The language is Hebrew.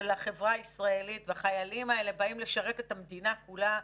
החברה הישראלית והחיילים האלה באים לשרת את המדינה כולה.